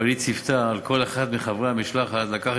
אבל היא ציוותה על כל אחד מחברי המשלחת לקחת